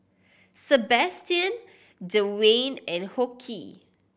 Sabastian Dewayne and Hoke